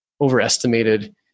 overestimated